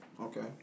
Okay